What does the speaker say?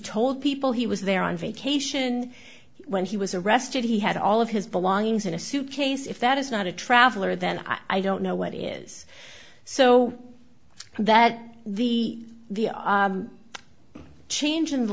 told people he was there on vacation when he was arrested he had all of his belongings in a suitcase if that is not a traveler then i don't know what is so that the change in the